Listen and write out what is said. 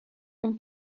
اون